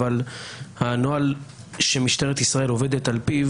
אבל הנוהל שמשטרת ישראל עובדת על פיו